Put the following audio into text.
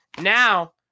now